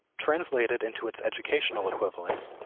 translated into its educational equivalents,